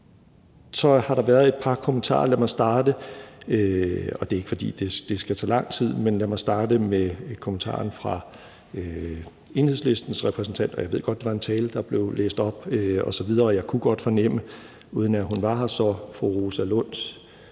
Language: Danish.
tage lang tid, men lad mig starte med kommentarerne fra Enhedslistens repræsentant. Jeg ved godt, at det var en tale, der blev læst op osv., og jeg kunne godt fornemme fru Rosa Lunds